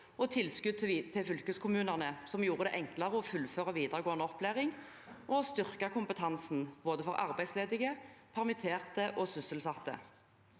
og tilskudd til fylkeskommunene, som gjorde det enklere å fullføre videregående opplæring og å styrke kompetansen for både arbeidsledige, permitterte og sysselsatte.